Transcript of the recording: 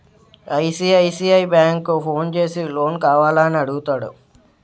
ICICI bank phone చేసి loan కావాల అని అడుగుతాడు